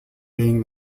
being